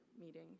meeting